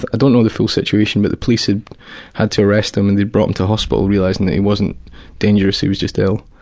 i don't know the full situation, but the police had had to arrest him, and they'd brought him to hospital realising that he wasn't dangerous, he was just ill.